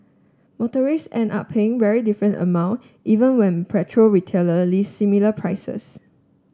motorist end up paying very different amount even when petrol retailer list similar prices